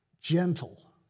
Gentle